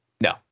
No